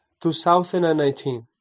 2019